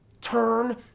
Turn